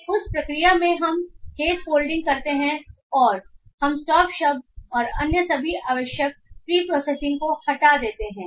और उस प्रक्रिया में हम केस फोल्डिंग करते हैं और हम स्टॉप शब्द और अन्य सभी आवश्यक प्रीप्रोसेसिंग को हटा देते हैं